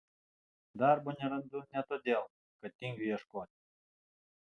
darbo nerandu ne todėl kad tingiu ieškoti